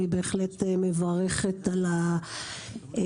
אני בהחלט מברכת על השדרוג.